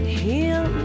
heal